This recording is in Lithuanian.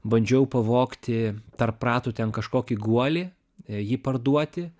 bandžiau pavogti tarp ratų ten kažkokį guolį jį parduoti